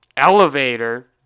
elevator